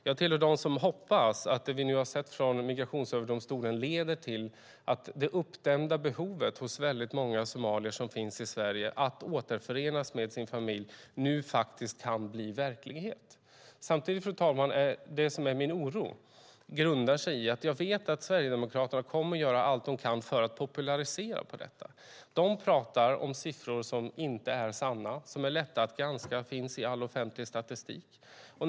Jag tillhör dem som hoppas att det vi nu har sett från Migrationsöverdomstolen leder till att det uppdämda behov hos många somalier som finns i Sverige av att återförenas med sin familj nu kan fyllas och att detta blir verklighet. Samtidigt, fru talman, grundar sig min oro i att jag vet att Sverigedemokraterna kommer att göra allt de kan för att popularisera på detta. De talar om siffror som inte är sanna, som är lätta att granska och som finns i all offentlig statistik.